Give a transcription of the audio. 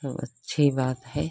सब अच्छी बात है